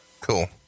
cool